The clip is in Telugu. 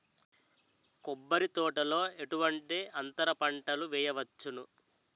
కొబ్బరి తోటలో ఎటువంటి అంతర పంటలు వేయవచ్చును?